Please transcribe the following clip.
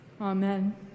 Amen